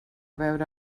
veure